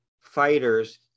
fighters